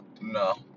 no